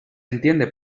entiende